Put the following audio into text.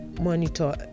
monitor